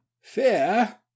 Fear